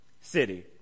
city